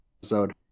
episode